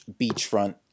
beachfront